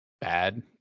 bad